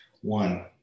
one